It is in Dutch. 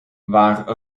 waar